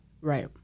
Right